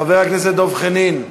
חבר הכנסת דב חנין,